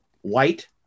White